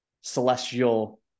celestial